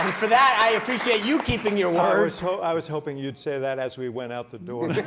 for that, i appreciate you keeping your word. so i was hoping you'd say that as we went out the door.